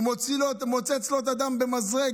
הוא מוצץ לו את הדם במזרק,